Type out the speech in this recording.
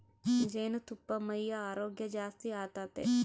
ಜೇನುತುಪ್ಪಾ ಮೈಯ ಆರೋಗ್ಯ ಜಾಸ್ತಿ ಆತತೆ